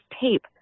tape